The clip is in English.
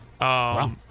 Wow